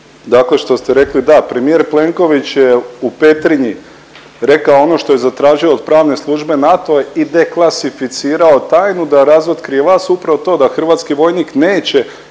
Dakle, što ste rekli da premijer Plenković je u Petrinji rekao ono što je zatražio od pravne službe NATO-a i deklasificirao tajnu da razotkrije vas upravo to da hrvatski vojnik neće